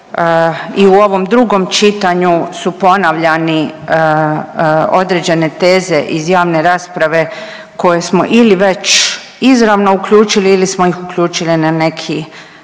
i u ovom drugom čitanju su ponavljani određene teze iz javne rasprave koje smo ili već izravno uključili ili smo ih uključili na neki